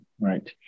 right